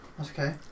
Okay